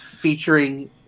Featuring